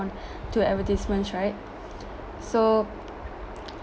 to advertisements right so